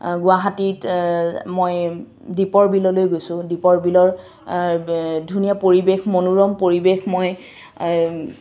গুৱাহাটীত মই দীপৰ বিললৈ গৈছোঁ দীপৰ বিলৰ ধুনীয়া পৰিৱেশ মনোৰম পৰিৱেশ মই